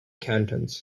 cantons